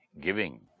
giving